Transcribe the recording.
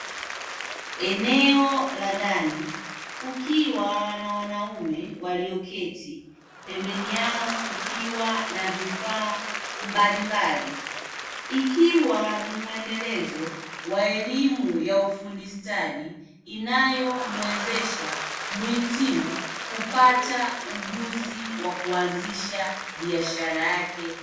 Eneo la ndani kukiwa na wanaume walioketi, pembeni yao kukiwa na vifaa mbalimbali; ikiwa ni muendelezo wa elimu ya ufundi stadi, inayomuwezesha mhitimu kupata ujuzi wa kuanzisha biashara yake.